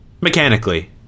Mechanically